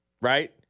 Right